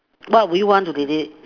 what would you want to delete